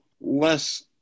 less